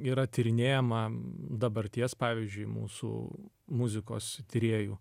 yra tyrinėjama dabarties pavyzdžiui mūsų muzikos tyrėjų